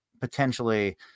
potentially